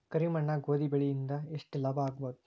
ಕರಿ ಮಣ್ಣಾಗ ಗೋಧಿ ಬೆಳಿ ಇಂದ ಎಷ್ಟ ಲಾಭ ಆಗಬಹುದ?